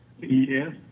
Yes